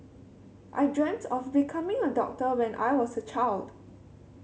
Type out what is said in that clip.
I dreamt of becoming a doctor when I was a child